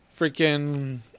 freaking